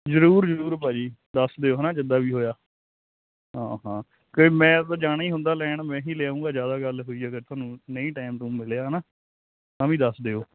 ਜ਼ਰੂਰ ਜ਼ਰੂਰ ਭਾਅ ਜੀ ਦੱਸ ਦਿਓ ਹੈ ਨਾ ਜਿੱਦਾਂ ਵੀ ਹੋਇਆ ਹਾਂ ਹਾਂ ਕਿਉਂਕਿ ਮੈਂ ਤਾਂ ਜਾਣਾ ਹੀ ਹੁੰਦਾ ਲੈਣ ਮੈਂ ਹੀ ਲਿਆਉਂਗਾ ਜ਼ਿਆਦਾ ਗੱਲ ਹੋਈ ਅਗਰ ਤੁਹਾਨੂੰ ਨਹੀਂ ਟੈਮ ਟੂਮ ਮਿਲਿਆ ਹੈ ਨਾ ਤਾਂ ਵੀ ਦੱਸ ਦਿਓ